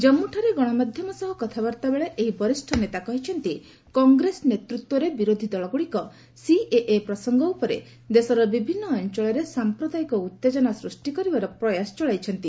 କାଞ୍ଗୁଠାରେ ଗଣମାଧ୍ୟମ ସହ କଥାବାର୍ତ୍ତା ବେଳେ ଏହି ବରିଷ୍ଠ ନେତା କହିଛନ୍ତି କଂଗ୍ରେସ ନେତୃତ୍ୱରେ ବିରୋଧୀଦଳଗୁଡ଼ିକ ସିଏଏ ପ୍ରସଙ୍ଗ ଉପରେ ଦେଶର ବିଭିନ୍ନ ଅଞ୍ଚଳରେ ସାମ୍ପ୍ରଦାୟିକ ଉତ୍ତେଜନା ସୃଷ୍ଟି କରିବାର ପ୍ରୟାସ ଚଳାଇଛନ୍ତି